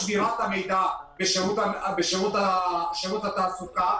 שמירת המידע בשירות התעסוקה,